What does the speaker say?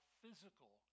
physical